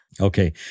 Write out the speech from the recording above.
Okay